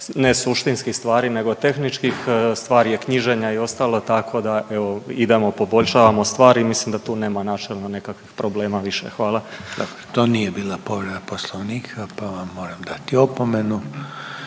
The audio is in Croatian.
ne suštinskih stvari nego tehničkih, stvar je knjiženja i ostalo tako da evo idemo, poboljšavamo stvari i mislim da tu nema načelno nekakvog problema više. Hvala. **Reiner, Željko (HDZ)** To nije bila povreda Poslovnika pa vam moram dati opomenu.